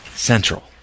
Central